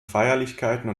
feierlichkeiten